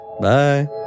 Bye